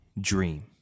dream